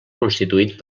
constituït